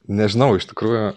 nežinau iš tikrųjų